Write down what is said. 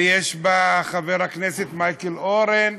ויש בה חבר הכנסת מייקל אורן,